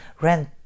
rent